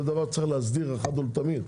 זה דבר שצריך להסדיר אחת ולתמיד.